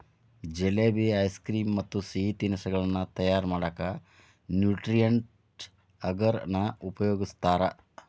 jalebi, ice cream ಮತ್ತ್ ಸಿಹಿ ತಿನಿಸಗಳನ್ನ ತಯಾರ್ ಮಾಡಕ್ ನ್ಯೂಟ್ರಿಯೆಂಟ್ ಅಗರ್ ನ ಉಪಯೋಗಸ್ತಾರ